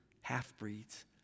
half-breeds